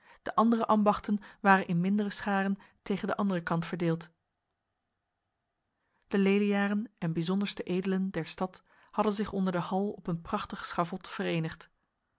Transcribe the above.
de andere ambachten waren in mindere scharen tegen de andere kant verdeeld de leliaren en bijzonderste edelen der stad hadden zich onder de hal op een prachtig schavot verenigd